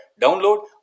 Download